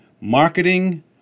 Marketing